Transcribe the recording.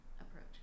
approach